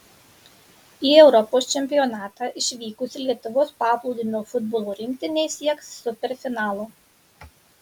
į europos čempionatą išvykusi lietuvos paplūdimio futbolo rinktinė sieks superfinalo